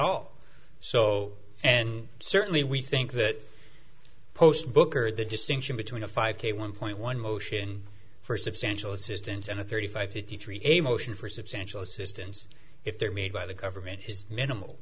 all so and certainly we think that post booker the distinction between a five k one point one motion for substantial assistance and thirty five fifty three a motion for substantial assistance if they are made by the government is minimal